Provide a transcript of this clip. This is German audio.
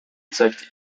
zeigt